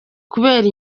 kubera